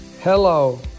Hello